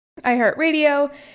iHeartRadio